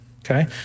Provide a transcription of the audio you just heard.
Okay